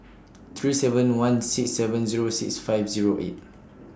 three seven one six seven Zero six five Zero eight